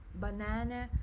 banana